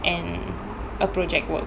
and a project work